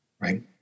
Right